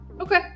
Okay